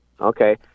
Okay